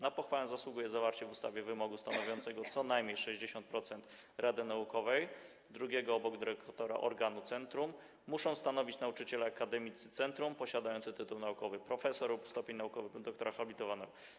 Na pochwałę zasługuje zawarcie w ustawie wymogu stanowiącego, że co najmniej 60% rady naukowej, drugiego obok dyrektora organu centrum, muszą stanowić nauczyciele akademiccy centrum posiadający tytuł naukowy profesora lub stopień naukowy doktora habilitowanego.